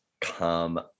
come